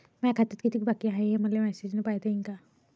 माया खात्यात कितीक बाकी हाय, हे मले मेसेजन पायता येईन का?